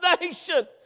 nation